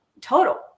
total